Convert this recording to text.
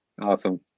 Awesome